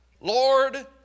Lord